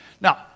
Now